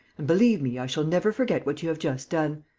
and, believe me, i shall never forget what you have just done.